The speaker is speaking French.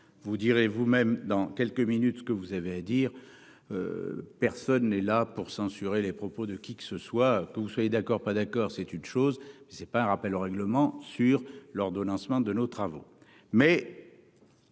vous direz-vous même dans quelques minutes, que vous avez à dire, personne n'est là pour censurer les propos de qui que ce soit, que vous soyez d'accord pas d'accord, c'est une chose mais c'est pas un rappel au règlement sur l'ordonnancement de nos travaux mais.